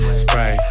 spray